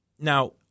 Now